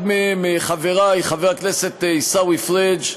אחד מהם, חברי חבר הכנסת עיסאווי פריג'